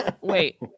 Wait